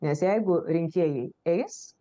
nes jeigu rinkėjai eis